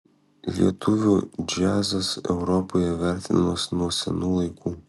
lietuvių džiazas europoje vertinamas nuo senų laikų